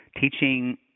teaching